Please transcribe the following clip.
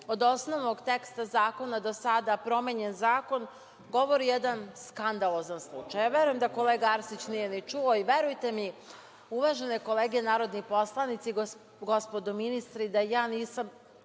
od osnovnog teksta zakona do sada promenjen zakon, govori jedan skandalozan slučaj. Ja verujem da kolega Arsić nije ni čuo i verujte mi, uvažene kolege narodni poslanici, gospodo ministri, da ja nisam